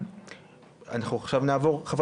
חבר